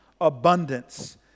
abundance